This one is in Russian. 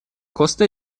коста